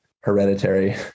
hereditary